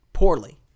Poorly